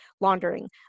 laundering